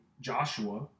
Joshua